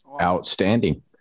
Outstanding